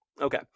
Okay